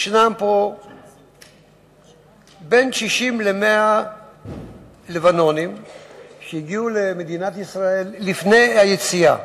יש פה 60 100 לבנונים שהגיעו למדינת ישראל לפני היציאה,